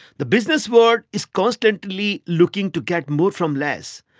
the business world is constantly looking to get more from less,